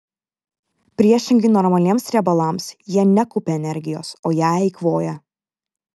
priešingai normaliems riebalams jie nekaupia energijos o ją eikvoja